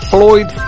Floyd